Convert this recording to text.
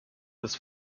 des